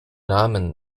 namen